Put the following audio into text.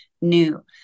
New